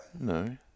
No